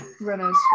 runners